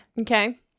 Okay